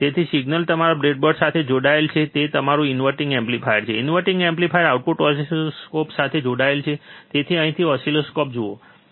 તેથી સિગ્નલ તમારા બ્રેડબોર્ડ સાથે જોડાયેલ છે તે તમારું ઇન્વર્ટીંગ એમ્પ્લીફાયર છે ઇન્વર્ટીંગ એમ્પ્લીફાયર આઉટપુટ ઓસિલોસ્કોપ સાથે જોડાયેલ છે તેથી અહીંથી ઓસિલોસ્કોપ સુધી